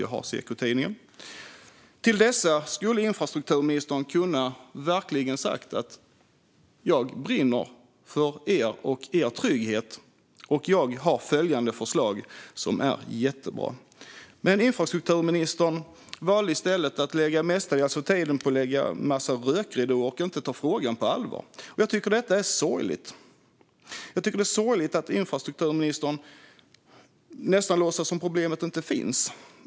Till dessa medlemmar skulle infrastrukturministern verkligen kunnat ha sagt att han brinner för dem och deras trygghet och att han har följande förslag som är jättebra. Infrastrukturministern valde dock att lägga största delen av tiden med att lägga en massa rökridåer och inte ta frågan på allvar. Jag tycker att det är sorgligt och att ministern nästan låtsas som om problemet inte finns.